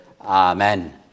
Amen